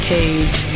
Cage